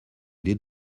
des